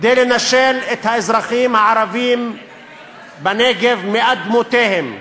כדי לנשל את האזרחים הערבים בנגב מאדמותיהם,